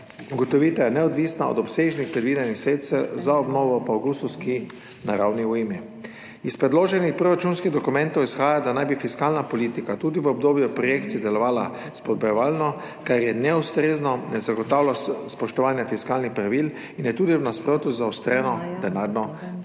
ugotovitev je neodvisna od obsežnih predvidenih sredstev za obnovo po avgustovski naravni ujmi. Iz predloženih proračunskih dokumentov izhaja, da naj bi fiskalna politika tudi v obdobju projekcij delovala spodbujevalno, kar je neustrezno, ne zagotavlja spoštovanja fiskalnih pravil in je tudi v nasprotju z zaostreno denarno politiko.